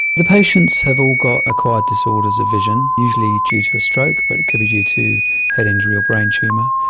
the patients have all got acquired disorders of vision, usually due to a stroke but it could be due to head injury or brain tumour,